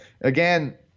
again